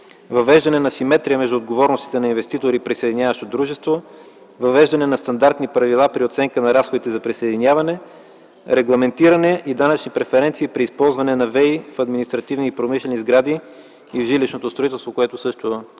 въвеждане на симетрия между отговорностите на инвеститор и присъединяващо дружество; въвеждане на стандартни правила при оценка на разходите за присъединяване; регламентиране и данъчни преференции при използване на ВЕИ в административни и промишлени сгради и жилищното строителство, което също почувствах